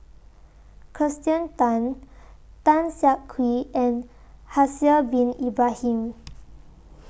Kirsten Tan Tan Siah Kwee and Haslir Bin Ibrahim